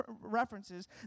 references